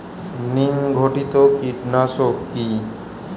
নিম ঘটিত কীটনাশক কি?